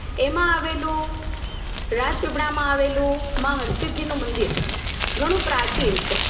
એમાં આવેલું રાજપીપળામાં આવેલું માં હરસિદ્ધિનું મંદિર ઘણું પ્રાચીન છે